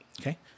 Okay